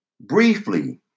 Briefly